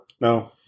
no